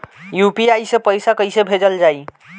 UPI से पैसा कइसे भेजल जाई?